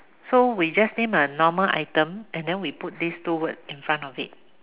so we just name a normal item and then we put these two words in front of it